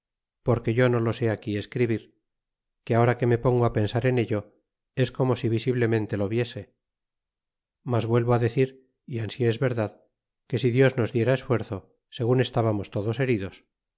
porque yo no lo sé aquí escribir que ahora que me pongo pensar en ello es como si visiblemente lo viese mas vuelvo decir y ansi es verdad que si dios nos diera esfuerzo segun estábamos todos heridos